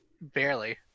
Barely